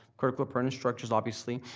critical appurtenant structures, obviously,